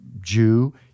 Jew